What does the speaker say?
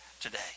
today